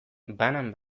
banan